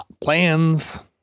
plans